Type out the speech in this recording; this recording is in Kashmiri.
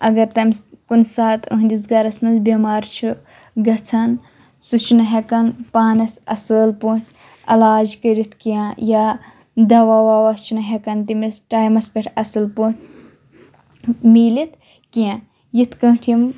اگر تٔمِس کُنہِ ساتہٕ أہٕنٛدِس گَرَس منٛز بیٚمار چھُ گژھان سُہ چھُ نہٕ ہیٚکان پانَس اَصۭل پٲٹھۍ علاج کٔرِتھ کینٛہہ یا دَوا وَوا چھُ نہٕ ہیٚکَن تٔمِس ٹایمَس پیٚٹھ اَصٕل پٲنٛٹھۍ میٖلِتھ کینٛہہ یِتھ کٲٹھۍ یِم